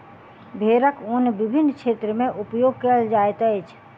भेड़क ऊन विभिन्न क्षेत्र में उपयोग कयल जाइत अछि